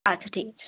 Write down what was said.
আচ্ছা ঠিক আছে